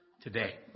Today